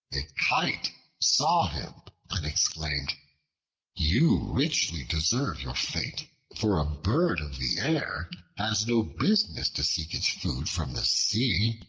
a kite saw him and exclaimed you richly deserve your fate for a bird of the air has no business to seek its food from the sea.